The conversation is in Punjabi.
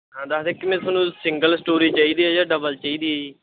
ਤੁਹਾਨੂੰ ਸਿੰਗਲ ਸਟੋਰੀ ਚਾਹੀਦੀ ਹੈ ਜਾਂ ਡਬਲ ਚਾਹੀਦੀ ਹੈ ਜੀ